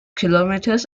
kilometers